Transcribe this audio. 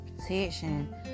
protection